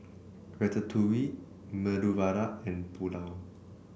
Ratatouille Medu Vada and Pulao